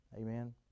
Amen